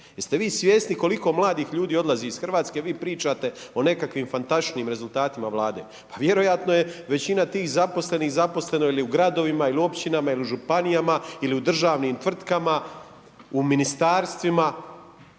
Jeste vi svjesni koliko mladih ljudi odlazi iz Hrvatske a vi pričate o nekakvim fantastičnim rezultatima Vlade? Pa vjerojatno je većina tih zaposlenih zaposleno ili u gradovima ili u općinama ili u županijama ili u državnim tvrtkama, u ministarstvima.